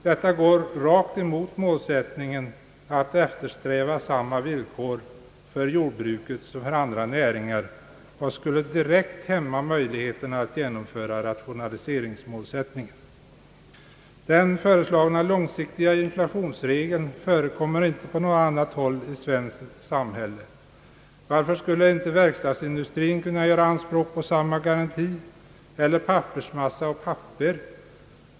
Detta går rakt emot målsättningen att eftersträva samma villkor för jordbruket som för andra näringar och skulle direkt hämma möjligheterna att genomföra rationaliseringsmålsättningen. Den föreslagna långsiktiga inflationsregeln förekommer inte på annat håll i svenskt samhälle. Varför skulle inte verkstadsindustrin eller pappersmasseoch pappersindustrin kunna göra anspråk på samma garanti?